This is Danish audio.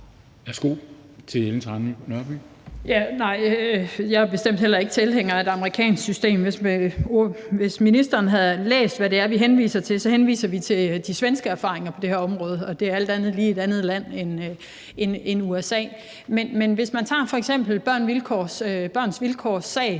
Jeg er bestemt heller ikke tilhænger af et amerikansk system. Hvis ministeren havde læst, hvad det er, vi henviser til, ville hun have set, at vi henviser til de svenske erfaringer på det her område, og Sverige er alt andet lige et andet land end USA. Men hvis man f.eks. tager Børns Vilkårs sag,